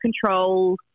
control